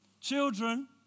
Children